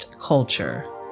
culture